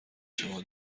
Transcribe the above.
شما